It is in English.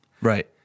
right